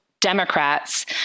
Democrats